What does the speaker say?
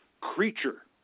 creature